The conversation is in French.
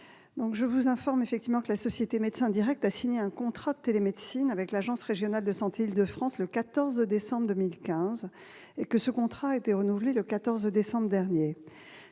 Lassarade, la société MédecinDirect a signé un contrat de télémédecine avec l'Agence régionale de santé d'Île-de-France le 14 décembre 2015 ; ce contrat a été renouvelé le 14 décembre dernier.